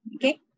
Okay